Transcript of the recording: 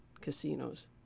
casinos